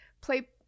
play